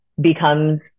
becomes